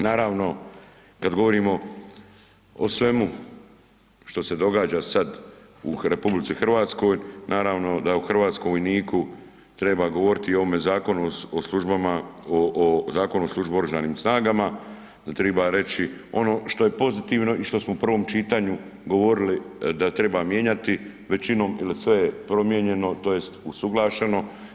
Naravno kad govorimo o svemu što se događa sad u RH naravno da o hrvatskom vojniku treba govoriti i o ovome Zakonu o službama, o Zakonu u službi u Oružanim snagama, da treba reći ono što je pozitivno i što smo u prvom čitanju govorili da treba mijenjati većinom jer sve je promijenjeno, tj. usuglašeno.